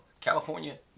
California